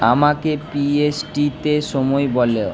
আমাকে পিএসটিতে সময় বলো